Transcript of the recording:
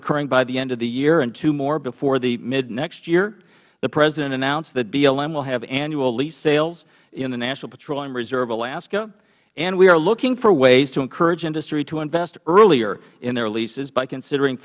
occurring by the end of year and two more before mid next year the president announced that blm will have annual lease sales in the national petroleum reserve alaska and we are looking for ways to encourage industry to invest earlier in their leases by considering